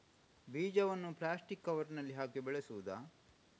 ಬೀಜವನ್ನು ಪ್ಲಾಸ್ಟಿಕ್ ಕವರಿನಲ್ಲಿ ಹಾಕಿ ಬೆಳೆಸುವುದಾ?